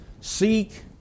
seek